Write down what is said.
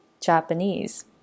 Japanese